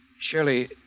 Shirley